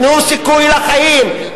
תנו סיכוי לחיים,